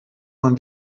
man